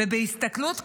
בהסתכלות קדימה,